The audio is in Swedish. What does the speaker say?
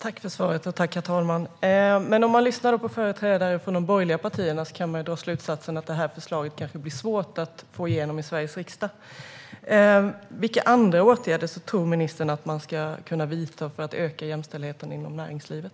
Herr talman! Jag tackar för svaret. Men om man lyssnar på företrädare för de borgerliga partierna kan man dra slutsatsen att det här förslaget kanske blir svårt att få igenom i Sveriges riksdag. Vilka andra åtgärder tror ministern att man ska kunna vidta för att öka jämställdheten inom näringslivet?